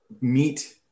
meet